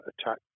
attack